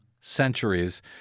centuries